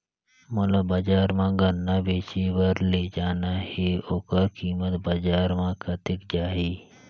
मोला बजार मां गन्ना बेचे बार ले जाना हे ओकर कीमत बजार मां कतेक जाही?